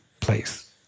place